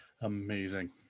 Amazing